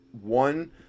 one